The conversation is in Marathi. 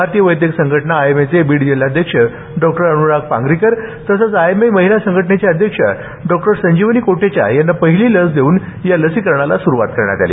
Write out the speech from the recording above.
भारतीय वैद्यक संघटना आयएमएचे बीड जिल्हाध्यक्ष डॉ अनुराग पांगरीकर तसंच आयएमए महिला संघटनेच्या अध्यक्ष डॉ संजीवनी कोटेचा यांना पहिली लस देऊन या लसीकरणाची सुरूवात करण्यात आली